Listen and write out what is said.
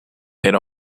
era